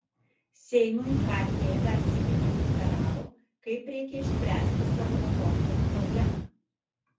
seimui kt dar sykį pasufleravo kaip reikia išspręsti savo atostogų problemą